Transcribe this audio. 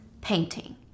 painting